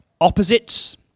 opposites